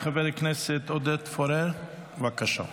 חבר הכנסת עודד פורר, בבקשה.